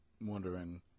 Wondering